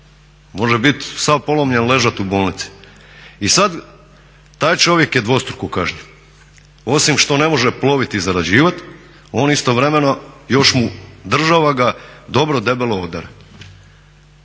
može bit sav polomljen ležat u bolnici. I sad taj čovjek je dvostruko kažnjen, osim što ne može plovit i zarađivat, on istovremeno još ga država dobro debelo odere,